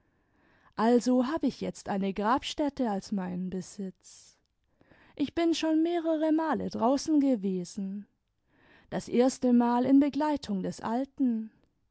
also hab ich jetzt eine grabstätte als meinen besitz ich bin schon mehrere male draußen gewesen das erstemal in begleitung des alten